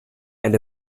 and